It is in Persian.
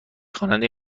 خواننده